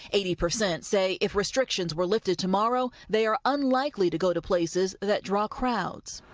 eighty percent say if restrictions were lifted tomorrow, they are unlikely to go to places that draw crowds.